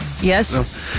Yes